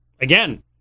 again